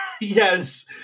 Yes